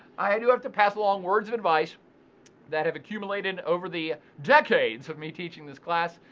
i do have to pass along words of advice that have accumulated over the decades of me teaching this class,